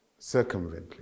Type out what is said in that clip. circumvently